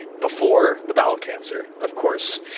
before the bowel cancer, of course.